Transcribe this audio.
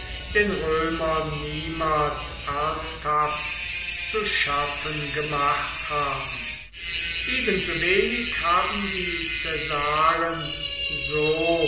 den römern niemals ernsthaft zu schaffen gemacht haben ebensowenig haben die caesaren so